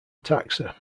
taxa